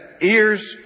ears